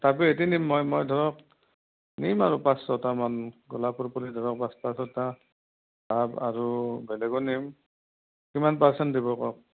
টাবে হেতি নিম মই মই ধৰক নিম আৰু পাঁচ ছয়টা মান গোলাপৰ পুলি ধৰক পাঁচটা ছয়টা আৰু বেলেগো নিম কিমান পাৰ্চেণ্ট দিব কওক